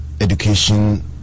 education